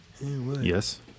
yes